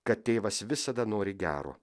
kad tėvas visada nori gero